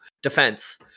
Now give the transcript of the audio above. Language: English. Defense